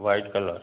white colour